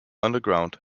underground